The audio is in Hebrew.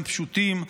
הם פשוטים,